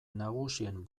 nagusien